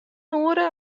oere